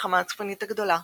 המלחמה הצפונית הגדולה,